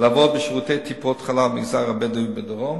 לעבוד בשירותי טיפת-חלב במגזר הבדואי בדרום.